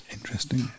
Interesting